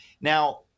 Now